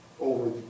over